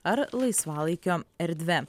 ar laisvalaikio erdve